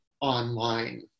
online